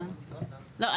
לא,